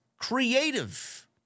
creative